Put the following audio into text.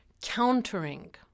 countering